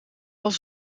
was